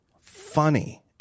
funny –